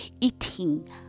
eating